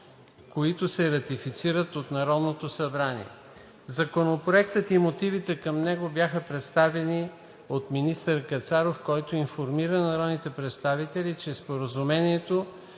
които се ратифицират от Народното събрание. Законопроектът и мотивите към него бяха представени от министър Кацаров, който информира народните представители, че Споразумението,